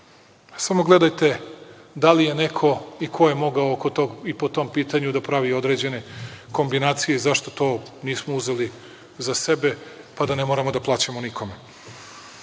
samo gledajte da li je neko i ko je mogao po tom pitanju da pravi određene kombinacije zašto to nismo uzeli za sebe, pa da ne moramo da plaćamo nikom. Više